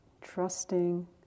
trusting